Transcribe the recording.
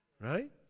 Right